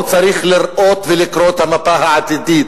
הוא צריך לקרוא ולראות את המפה העתידית.